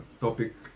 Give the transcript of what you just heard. topic